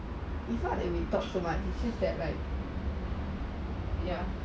it's not we talk so much it's just that ya